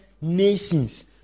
nations